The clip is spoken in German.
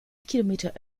kilometer